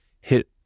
hit